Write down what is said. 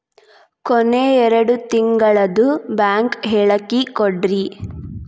ಕೊನೆ ಎರಡು ತಿಂಗಳದು ಬ್ಯಾಂಕ್ ಹೇಳಕಿ ಕೊಡ್ರಿ